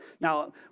Now